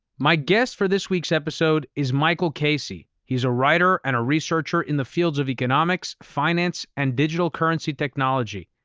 my guest for this week's episode is michael casey. he's a writer and a researcher in the fields of economics, finance, and digital currency technology.